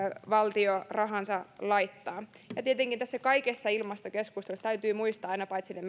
valtio rahansa laittaa ja tietenkin tässä kaikessa ilmastokeskustelussa täytyy muistaa aina paitsi ne